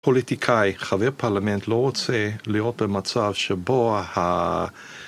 פוליטיקאי, חבר פרלמנט לא רוצה להיות במצב שבו ה...